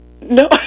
No